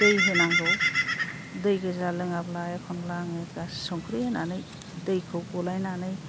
दै होनांगौ दै गोजा लोङाब्ला एखनब्ला आङो संख्रि होनानै दैखौ गलायनानै